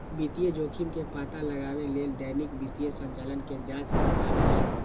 वित्तीय जोखिम के पता लगबै लेल दैनिक वित्तीय संचालन के जांच करबाक चाही